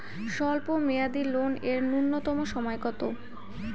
স্বল্প মেয়াদী লোন এর নূন্যতম সময় কতো?